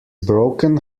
broken